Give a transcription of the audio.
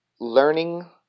learning